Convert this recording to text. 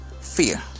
fear